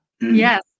Yes